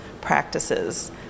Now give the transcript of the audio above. practices